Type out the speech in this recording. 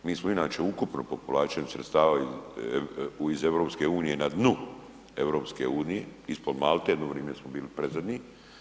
Mi smo inače ukupno po povlačenju sredstava iz EU na dnu EU, ispod Malte, jedno vrijeme smo bili predzadnji.